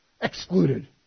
Excluded